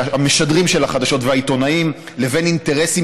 המשדרים של החדשות והעיתונאים לבין אינטרסים